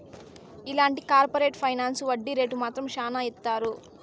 ఇలాంటి corporate finance వడ్డీ rate మాత్రం శ్యానా ఏత్తారు